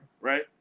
right